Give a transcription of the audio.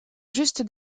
juste